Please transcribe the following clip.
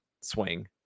swing